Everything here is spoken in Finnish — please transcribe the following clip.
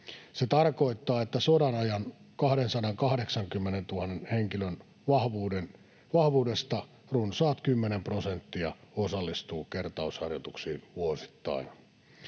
Se tarkoittaa, että sodanajan 280 000 henkilön vahvuudesta runsaat kymmenen prosenttia osallistuu kertausharjoituksiin vuosittain.